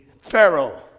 Pharaoh